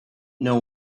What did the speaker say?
know